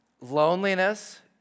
Loneliness